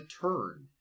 turn